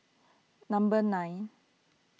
number nine